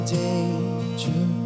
danger